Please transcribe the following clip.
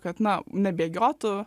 kad na nebėgiotų